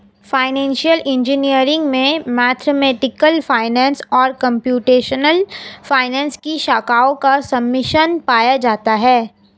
financial engineering में mathematical finance और computational finance की शाखाओं का सम्मिश्रण पाया जाता है